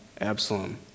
Absalom